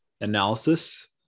analysis